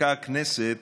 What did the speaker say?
חוקקה הכנסת